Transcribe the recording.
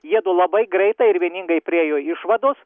jiedu labai greitai ir vieningai priėjo išvados